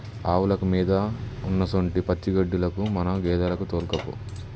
ఆవులకు మేత ఉన్నసొంటి పచ్చిగడ్డిలకు మన గేదెలను తోల్కపో